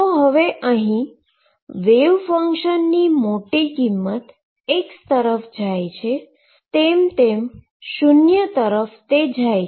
તો અહી wave function ની મોટી કિંમત x તરફ જાય છીએ તેમ તેમ શુન્ય તરફ જાય છે